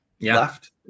left